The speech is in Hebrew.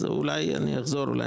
אז אולי אני אחזור על זה.